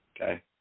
okay